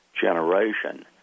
generation